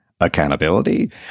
accountability